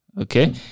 Okay